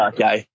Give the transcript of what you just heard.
Okay